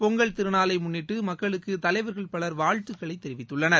பொங்கல் திருநாளை முன்னிட்டு மக்களுக்கு தலைவர்கள் பலர் வாழ்த்துக்களைத் தெரிவித்துள்ளனர்